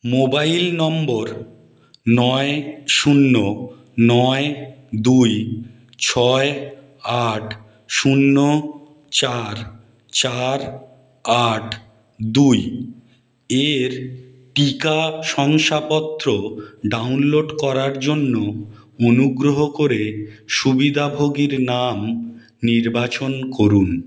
mobile number নয় শূন্য নয় দুই ছয় আট শূন্য চার চার আট দুই এর টিকা শংসাপত্র ডাউনলোড করার জন্য অনুগ্রহ করে সুবিধাভোগীর নাম নির্বাচন করুন